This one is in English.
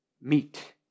meet